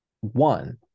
one